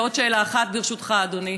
ועוד שאלה אחת ברשותך, אדוני,